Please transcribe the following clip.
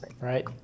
right